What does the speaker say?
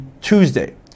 Tuesday